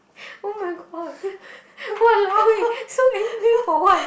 oh my god !walao! eh so angry for what